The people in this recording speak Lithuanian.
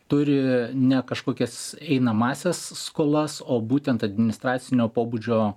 turi ne kažkokias einamąsias skolas o būtent administracinio pobūdžio